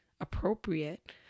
appropriate